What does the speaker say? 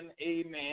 amen